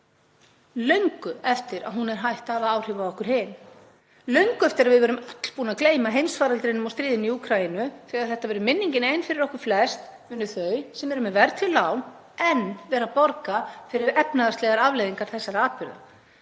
löngu eftir að hún er hætt að hafa áhrif á okkur hin, löngu eftir að við verðum öll búin að gleyma heimsfaraldrinum og stríðinu í Úkraínu. Þegar þetta verður minningin ein fyrir okkur flest munu þau sem eru með verðtryggð lán enn vera að borga fyrir efnahagslegar afleiðingar þessara atburða